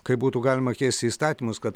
kaip būtų galima keisti įstatymus kad